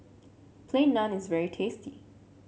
Plain Naan is very tasty